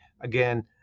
Again